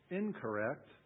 incorrect